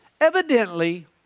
Evidently